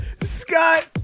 Scott